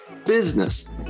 business